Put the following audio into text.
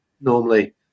normally